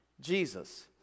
Jesus